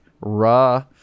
raw